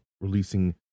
releasing